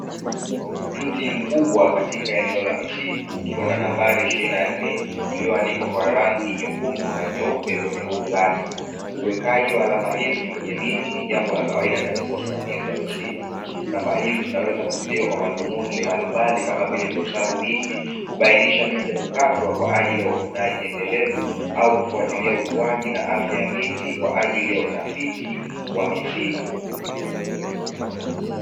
Mti mkubwa katika eneo la misitu ikiwa na nambari ishirini na nne iliyoandikwa Kwa rangi nyekundu na nyeupe kwenye gome lake, uwekaji wa alama hizi kwenye miti ni jambo la kawaida katika usimamizi. Namba hizi zinaweza kutumika kwa matumizi ya madhumuni mbalimbali kama vile kuhesabu miti, kubaonisha miti ya kukata kwaajili ya utunzaji endelevu au kufuatilia ukuwaji na afya ya miti kwaajili ya utafiti wa misitu.